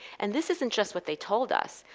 and this isn't just what they told us,